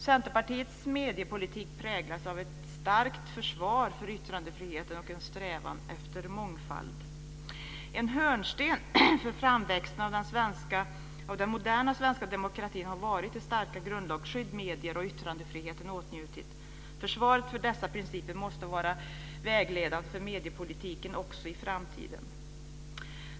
Centerpartiets mediepolitik präglas av ett starkt försvar för yttrandefriheten och en strävan efter mångfald. En hörnsten för framväxten av den moderna svenska demokratin har varit det starka grundlagsskydd medier och yttrandefrihet åtnjutit. Försvaret för dessa principer måste vara vägledande för mediepolitiken också i framtiden.